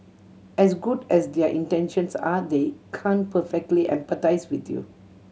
as good as their intentions are they can perfectly empathise with you